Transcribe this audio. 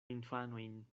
infanojn